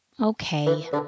Okay